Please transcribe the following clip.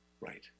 Right